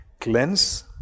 cleanse